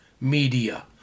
media